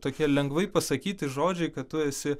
tokie lengvai pasakyti žodžiai kad tu esi